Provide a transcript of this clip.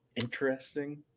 Interesting